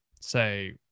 say